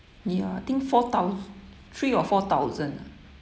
ya I think four thou~ three or four thousand ah